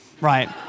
right